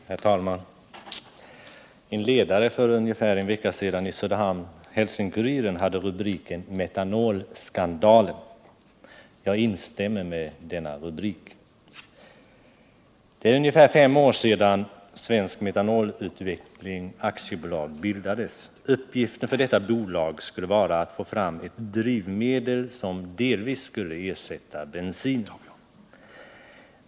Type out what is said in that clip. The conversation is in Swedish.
Herr talman! En ledare för ungefär en vecka sedan i Söderhamns Hälsinge-Kuriren hade rubriken Metanolskandalen. Jag instämmer i denna rubrik. Det är ungefär fem år sedan Svensk Metanolutveckling AB bildades. Uppgiften för bolaget skulle vara att få fram ett drivmedel som delvis skulle ersätta bensin.